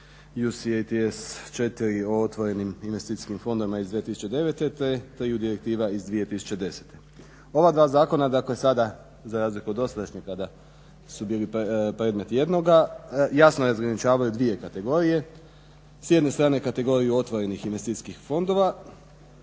UCITS 4 o otvorenim investicijskim fondovima iz 2009. …/Govornik se ne razumije./… iz 2010. Ova dva zakona dakle sada za razliku od dosadašnjeg kada su bili predmet jednoga jasno razgraničavaju dvije kategorije. S jedne strane kategoriju otvorenih investicijskih fondova